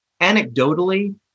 anecdotally